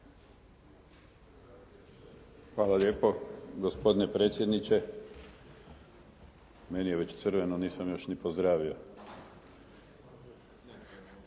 Hvala lijepo. Gospodine predsjedniče, meni je već crveno, nisam još ni pozdravio.